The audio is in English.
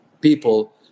people